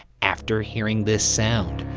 after hearing this sound,